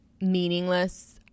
meaningless